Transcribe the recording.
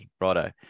Righto